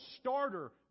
starter